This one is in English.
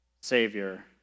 Savior